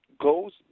goes